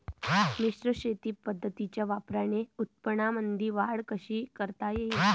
मिश्र शेती पद्धतीच्या वापराने उत्पन्नामंदी वाढ कशी करता येईन?